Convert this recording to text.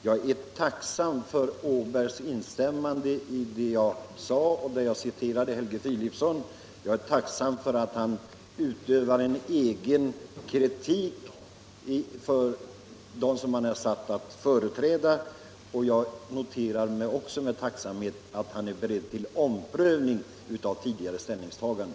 Jag är tacksam för herr Åbergs instämmande i det jag sade när jag citerade Helge Filipson. Jag är tacksam för att han utövar en egen kritik för dem han är satt att företräda. Och jag noterar också med tacksamhet att han är beredd till omprövning av tidigare ställningstaganden.